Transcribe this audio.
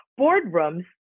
boardrooms